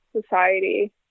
society